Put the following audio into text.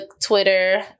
twitter